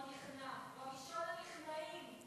הוא ראשון הנכנעים.